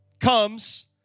Comes